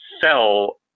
sell